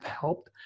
helped